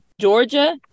Georgia